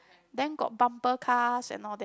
then got bumper cars and all that